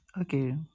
Okay